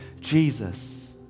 Jesus